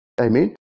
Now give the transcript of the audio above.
Amen